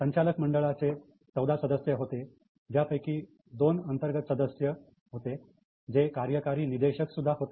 संचालक मंडळाचे 14 सदस्य होते यापैकी दोन अंतर्गत सदस्य होते जे कार्यकारी निदेशक सुद्धा होते